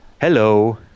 Hello